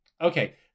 okay